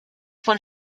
von